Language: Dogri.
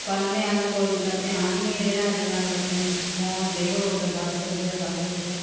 पढ़ने आह्ला कोई उं'दा ध्यान नेई रेह्दा अज्जकल बच्चे गी फोन देई ओड़ो ते बस उ'यै सब कुछ ऐ